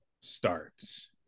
starts